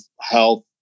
health